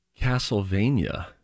Castlevania